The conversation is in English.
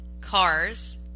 cars